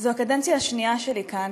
זו הקדנציה השנייה שלי כאן,